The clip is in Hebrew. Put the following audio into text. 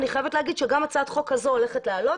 אני חייבת להגיד שגם הצעת חוק כזו הולכת לעלות.